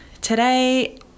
today